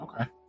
Okay